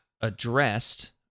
addressed